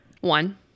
One